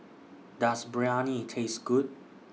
Does Biryani Taste Good